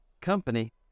company